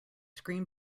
screen